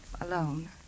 alone